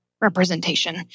representation